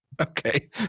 Okay